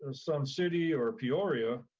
and some city or peoria,